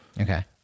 Okay